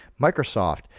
Microsoft